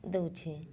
ଦଉଛି